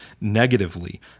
negatively